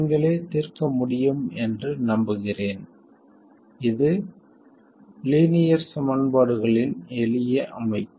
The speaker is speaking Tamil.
நீங்களே தீர்க்க முடியும் என்று நம்புகிறேன் இது லீனியர் சமன்பாடுகளின் எளிய அமைப்பு